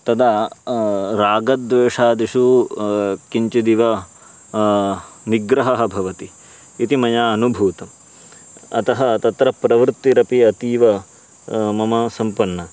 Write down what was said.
तदा रागद्वेषादिषु किञ्चिदेव निग्रहः भवति इति मया अनुभूतम् अतः तत्र प्रवृत्तिरपि अतीव मम सम्पन्ना